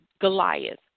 Goliath